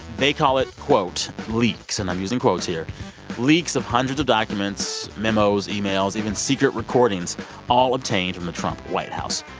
they call it, quote, leaks and i'm using quotes here leaks of hundreds of documents, memos, emails, even secret recordings all obtained from the trump white house.